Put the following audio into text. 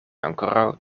ankoraŭ